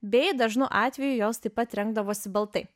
bei dažnu atveju jos taip pat rengdavosi baltai